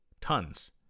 Tons